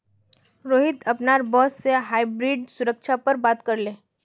रोहित अपनार बॉस से हाइब्रिड सुरक्षा पर बात करले